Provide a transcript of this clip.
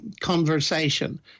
conversation